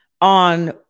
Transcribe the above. on